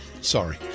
sorry